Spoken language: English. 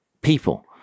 people